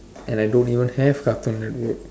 and I don't even have cartoon network